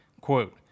quote